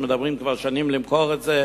שמדברים כבר שנים על מכירתם.